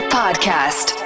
podcast